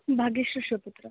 Bhagya Shri Shivaputra